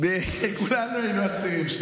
כולנו היינו אסירים.